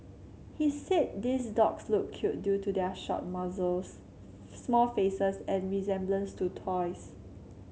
he said these dogs look cute due to their short muzzles small faces and resemblance to toys